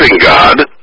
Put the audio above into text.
God